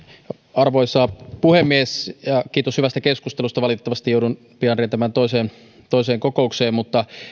arvoisa puhemies kiitos hyvästä keskustelusta valitettavasti joudun pian rientämään toiseen kokoukseen mutta